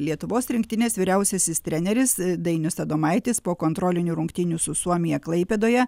lietuvos rinktinės vyriausiasis treneris dainius adomaitis po kontrolinių rungtynių su suomija klaipėdoje